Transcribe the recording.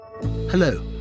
Hello